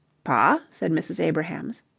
pa? said mrs. abrahams.